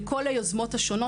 לכל היוזמות השונות.